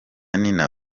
nina